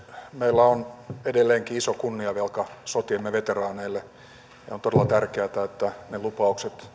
meillä on edelleenkin iso kunniavelka sotiemme veteraaneille ja on todella tärkeätä että ne lupaukset